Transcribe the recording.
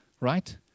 right